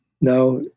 Now